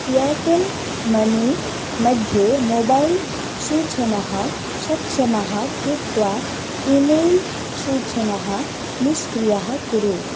Airtel money मध्ये mobile सूचनाः सक्षमाः कृत्वा इमेल् सूचनाः निष्क्रियाः कुरु